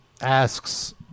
asks